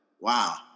wow